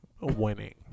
winning